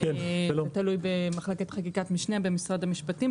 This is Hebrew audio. תלוי במחלקת חקיקת משנה במשרד המשפטים.